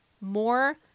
more